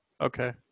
Okay